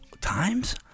Times